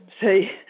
say